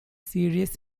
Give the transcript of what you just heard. serious